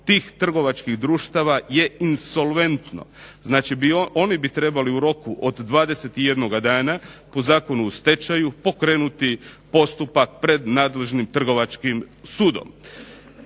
tih trgovačkih društava je insolventno, znači oni bi trebali u roku od 21 dana po zakonu o stečaju pokrenuti postupak pred nadležnim trgovačkim sudom.